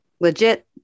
Legit